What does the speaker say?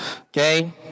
Okay